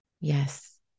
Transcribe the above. Yes